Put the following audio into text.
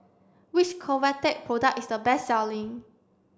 which Convatec product is a best selling